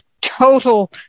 total